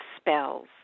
spells